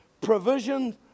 provision